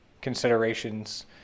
considerations